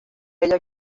ella